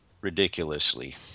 ridiculously